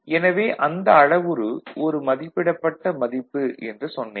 எனவே அந்த அளவுரு ஒரு மதிப்பிடப்பட்ட மதிப்பு என்று சொன்னேன்